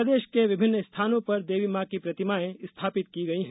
प्रदेश के विभिन्न स्थानों पर देवी मां की प्रतिमाएं स्थापित की गई हैं